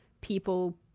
people